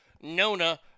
Nona